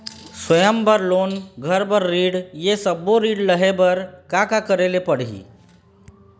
स्वयं बर लोन, घर बर ऋण, ये सब्बो ऋण लहे बर का का करे ले पड़ही?